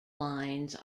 lines